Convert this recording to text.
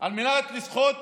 על מנת לזכות